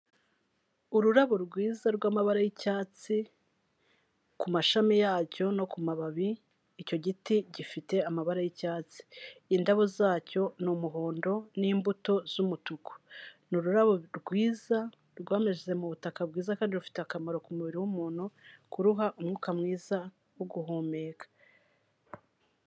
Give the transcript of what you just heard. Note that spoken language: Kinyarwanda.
Ururabo rwiza rw'amabara y'icyatsi, ku mashami yacyo no ku mababi, icyo giti gifite amabara y'icyatsi, indabo zacyo ni umuhondo n'imbuto z'umutuku, ni ururabo rwiza rwameze mu butaka bwiza kandi rufite akamaro ku mubiri w'umuntu, kuruha umwuka mwiza wo guhumeka.